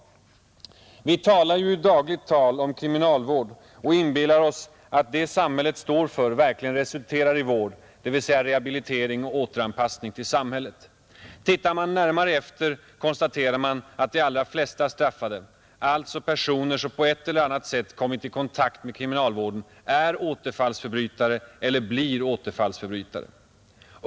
Vi pratar i dagligt tal om kriminalvård och inbillar oss att det samhället står för verkligen resulterar i vård, dvs. rehabilitering eller återanpassning till samhället. Tittar man närmare efter konstaterar man att de allra flesta straffade — alltså personer som på ett eller annat sätt kommit i kontakt med kriminalvården — är återfallsförbrytare eller blir återfallsförbrytare.